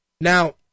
Now